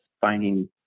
finding